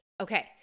Okay